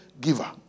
giver